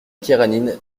karénine